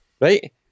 right